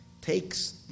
takes